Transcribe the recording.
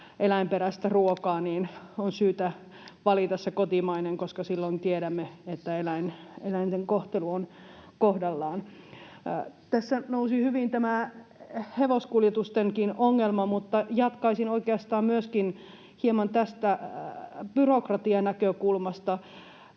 eläinperäistä ruokaa, on syytä valita se kotimainen, koska silloin tiedämme, että eläinten kohtelu on kohdallaan. Tässä nousi hyvin tämä hevoskuljetustenkin ongelma, mutta jatkaisin oikeastaan myöskin hieman tästä byrokratianäkökulmasta.